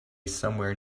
somewhere